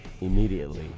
immediately